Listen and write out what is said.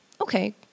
Okay